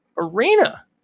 arena